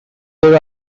there